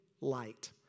light